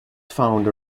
found